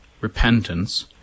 repentance